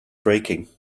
braking